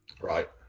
right